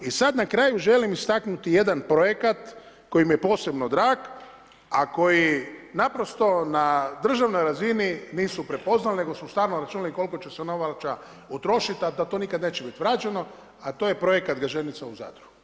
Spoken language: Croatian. I sad na kraju želim istaknuti jedan projekt koji mi je posebno drag, a koji naprosto na državnoj razini nisu prepoznali nego su samo računali koliko će se novaca utrošiti a da to nikad neće biti vraćeno, a to je projekt Gaženica u Zadru.